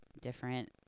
different